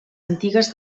antigues